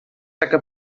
que